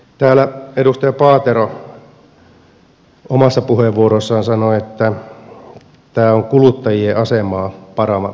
täällä edustaja paatero omassa puheenvuorossaan sanoi että tämä on kuluttajien asemaa parantava laki